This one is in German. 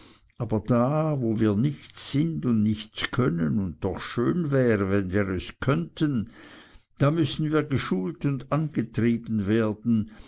aber da wo wir nichts sind und nichts können und doch schön wäre wenn wir es könnten da müssen wir geschult und angetrieben werden